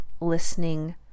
listening